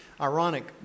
Ironic